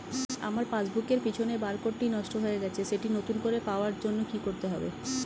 আমার পাসবুক এর পিছনে বারকোডটি নষ্ট হয়ে গেছে সেটি নতুন করে পাওয়ার জন্য কি করতে হবে?